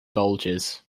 bulges